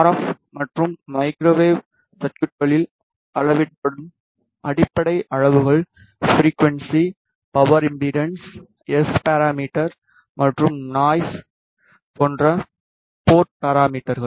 F மற்றும் microwave சர்குய்ட்களில் அளவிடப்படும் அடிப்படை அளவுகள் ஃபிரிக்குவன்ஸி பவர் இம்படன்ஸ் எஸ் பாராமீட்டர்கள் மற்றும் நாய்ஸ் போன்ற போர்ட் பாராமீட்டர்கள்